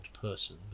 person